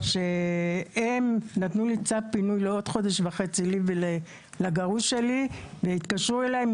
אני רוצה לחזור לנקודה שממנה התחלתי,